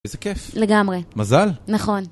איזה כיף! לגמרי. מזל. נכון.